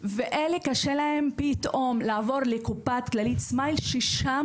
וקשה להם פתאום לעבור לכללית סמייל ששם